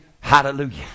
Hallelujah